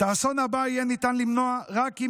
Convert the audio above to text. את האסון הבא יהיה ניתן למנוע רק אם